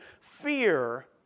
fear